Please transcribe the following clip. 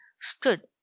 stood